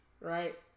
right